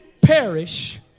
perish